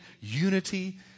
unity